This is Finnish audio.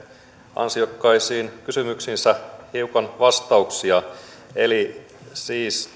ansiokkaisiin kysymyksiinsä hiukan vastauksia eli siis